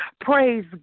praise